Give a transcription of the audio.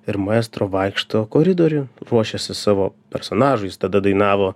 ir maestro vaikšto koridoriu puošiasi savo personažu jis tada dainavo